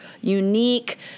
unique